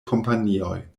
kompanioj